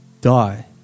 die